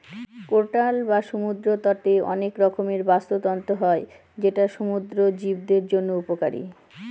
coastal বা সমুদ্র তটে অনেক রকমের বাস্তুতন্ত্র হয় যেটা সমুদ্র জীবদের জন্য উপকারী